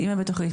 אמא בתוכנית,